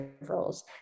roles